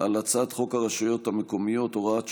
חוק הרשויות המקומיות (הוראת שעה,